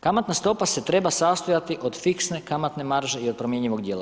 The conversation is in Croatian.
Kamatna stopa se treba sastojati od fiksne kamatne marže i od promjenjivog dijela.